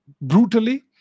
brutally